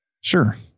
Sure